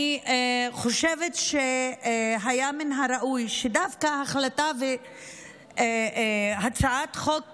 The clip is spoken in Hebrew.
אני חושבת שהיה מן הראוי שדווקא החלטה בהצעת חוק כזאת,